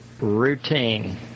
routine